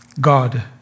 God